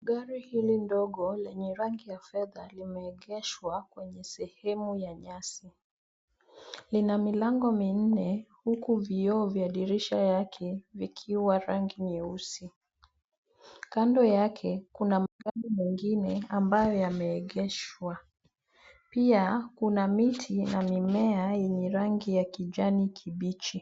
Gari hili ndogo lenye rangi ya fedha limeegeshwa kwenye sehemu ya nyasi. Lina milango minne huku vioo vya dirisha yake vikiwa rangi nyeusi. Kando yake kuna magari mengine ambayo yameegeshwa. Pia, kuna miti na mimea yenye rangi ya kijani kibichi.